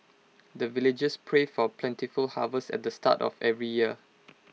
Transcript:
the villagers pray for plentiful harvest at the start of every year